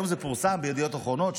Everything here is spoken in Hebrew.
היום זה פורסם בידיעות אחרונות,